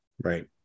Right